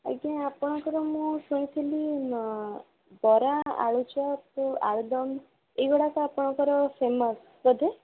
ଆଜ୍ଞା ଆପଣଙ୍କର ମୁଁ ଶୁଣିଥିଲି ବରା ଆଳୁ ଚପ୍ ଆଳୁଦମ୍ ଏଇଗୁଡ଼ାକ ଆପଣଙ୍କର ଫେମସ୍ ବୋଧେ